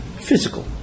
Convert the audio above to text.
physical